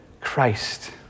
Christ